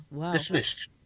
dismissed